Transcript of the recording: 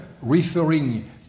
referring